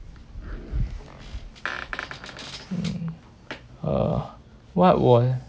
mm uh what wa~